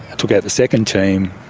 took out the second team.